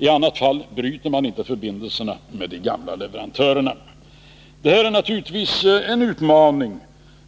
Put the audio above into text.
I annat fall bryter man inte förbindelserna med de gamla leverantörerna. Det här är naturligtvis en utmaning